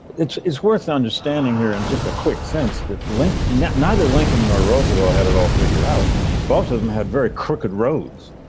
it is worth understanding here. and just a quick sense that link net, neither lincoln nor roosevelt had it all figured out both of them had very crooked roads.